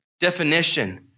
definition